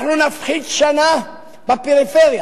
אנחנו נפחית שנה בפריפריה,